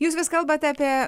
jūs vis kalbat apie